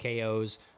KOs